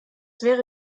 wäre